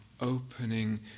opening